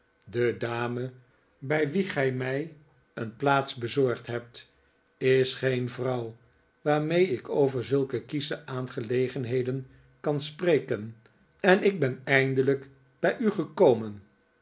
de dame bij wie gij mij een plaats bezorgd hebt is geen vrouw waarmee ik over zulke kiesche aangelegenheden kan spreken en ik ben eindelijk bij u gekomen